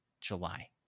July